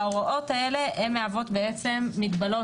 ההוראות האלה מהוות בעצם מגבלות.